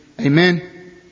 Amen